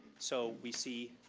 so we see